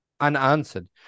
unanswered